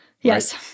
Yes